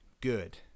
good